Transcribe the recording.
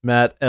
Matt